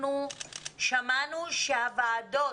אנחנו שמענו שהוועדות